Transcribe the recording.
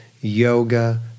yoga